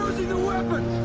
the weapon.